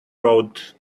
road